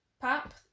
pap